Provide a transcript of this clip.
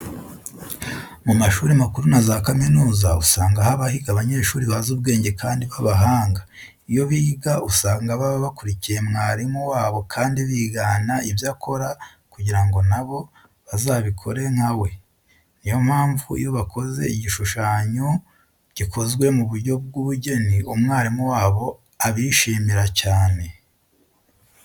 Mu mashuri makuru na za kaminuza usanga haba higa abanyeshuri bazi ubwenge kandi b'abahanga iyo biga usanga baba bakurikiye mwarimu wabo kandi bigana ibyo akora kugira ngo na bo bazabikore nka we. Niyo mpamvu iyo bakoze igishushanyo gikozwe mu buryo bw'ubugeni, umwarimu wabo abishimira cyane.